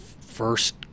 first